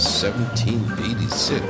1786